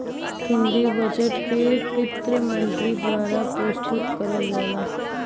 केन्द्रीय बजट के वित्त मन्त्री द्वारा प्रस्तुत करल जाला